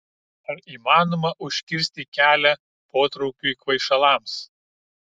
ar įmanoma užkirsti kelią potraukiui kvaišalams